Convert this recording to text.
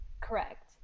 Correct